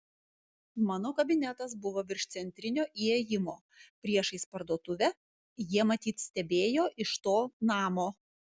mano kabinetas buvo virš centrinio įėjimo priešais parduotuvę jie matyt stebėjo iš to namo